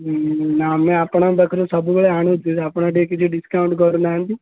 ନା ଆମେ ଆପଣଙ୍କ ପାଖରୁ ସବୁବେଳେ ଆଣୁଛୁ ଆପଣ ଟିକେ କିଛି ଡିସ୍କାଉଣ୍ଟ୍ କରୁନାହାନ୍ତି